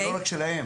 זה לא רק שלהם.